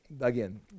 again